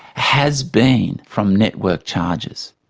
has been from network charges.